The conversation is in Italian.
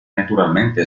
naturalmente